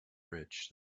bridge